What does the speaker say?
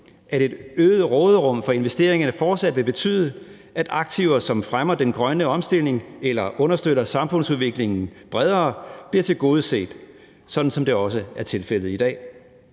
at et øget råderum for investeringerne fortsat vil betyde, at aktiver, som fremmer den grønne omstilling eller understøtter samfundsudviklingen bredere, bliver tilgodeset, sådan som det også er tilfældet i dag.